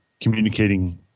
communicating